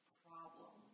problem